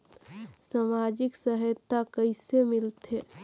समाजिक सहायता कइसे मिलथे?